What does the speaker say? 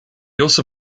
also